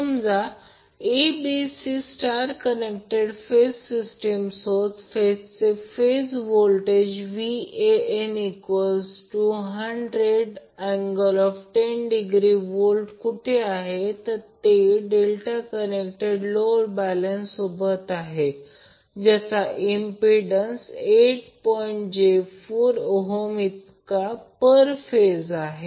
समजा A B C star connected phase system source फेजचे phase voltage Van100∠10°V कुठे आहे ते डेल्टा कंनेक्टेड लोड बॅलेन्स सोबत आहे ज्यांचा इम्पिडंन्स 8j4 पर फेज आहे